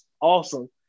awesome